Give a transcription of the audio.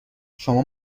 شما